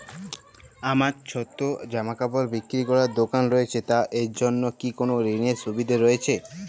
আমার ছোটো জামাকাপড় বিক্রি করার দোকান রয়েছে তা এর জন্য কি কোনো ঋণের সুবিধে রয়েছে?